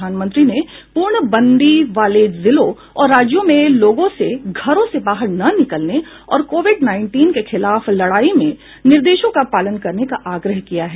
प्रधानमंत्री ने पूर्ण बंदी वाले जिलों और राज्यों में लोगों से घरों से बाहर न निकलने और कोविड उन्नीस के खिलाफ लड़ाई में निर्देशों का पालन करने का आग्रह किया है